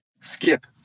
skip